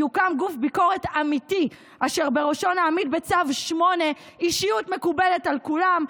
יוקם גוף ביקורת אמיתי אשר בראשו נעמיד בצו 8 אישיות מקובלת על כולם,